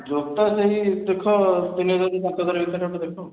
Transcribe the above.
ଜୋତା ସେଇ ଦେଖ ତିନି ହଜାରରୁ ପାଞ୍ଚ ହଜାର ଭିତରେ ଗୋଟେ ଦେଖ